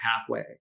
pathway